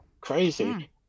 crazy